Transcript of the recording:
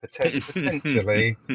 potentially